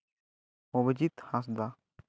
Abhijit Hansda